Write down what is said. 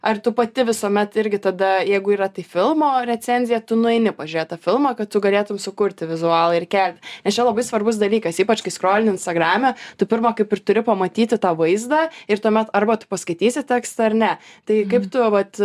ar tu pati visuomet irgi tada jeigu yra tai filmo recenzija tu nueini pažiūrėt tą filmą kad tu galėtum sukurti vizualą ir įkel nes čia labai svarbus dalykas ypač kai skrolini instagrame tu pirma kaip ir turi pamatyti tą vaizdą ir tuomet arba tu paskaitysi tekstą ar ne tai kaip tu vat